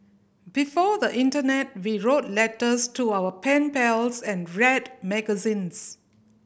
before the internet we wrote letters to our pen pals and read magazines